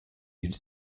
îles